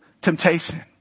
temptation